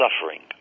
suffering